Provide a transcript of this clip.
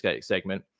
segment